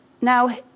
Now